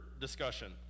discussion